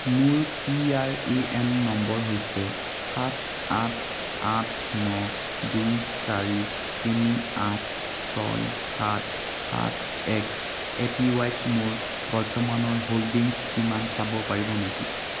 মোৰ পিআৰএএন নম্বৰ হৈছে সাত আঠ আঠ ন দুই চাৰি তিনি আঠ ছয় সাত সাত এক এপিৱাইত মোৰ বৰ্তমানৰ হোল্ডিংছ কিমান চাব পাৰিব নেকি